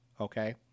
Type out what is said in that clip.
okay